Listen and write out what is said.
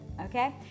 Okay